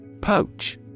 Poach